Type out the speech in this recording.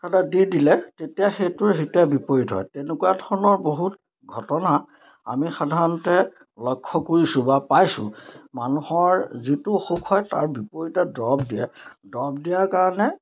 দি দিলে তেতিয়া সেইটোৰ হিতে বিপৰীত হয় তেনেকুৱা ধৰণৰ বহুত ঘটনা আমি সাধাৰণতে লক্ষ্য কৰিছোঁ বা পাইছোঁ মানুহৰ যিটো অসুখ হয় তাৰ বিপৰীত দৰৱ দিয়ে দৰৱ দিয়াৰ কাৰণে